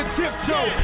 tiptoe